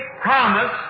promise